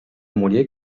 muller